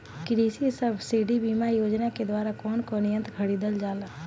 कृषि सब्सिडी बीमा योजना के द्वारा कौन कौन यंत्र खरीदल जाला?